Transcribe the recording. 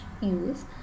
use